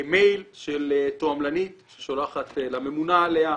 מייל של תועמלנית ששולחת לממונה עליה,